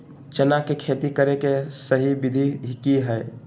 चना के खेती करे के सही विधि की हय?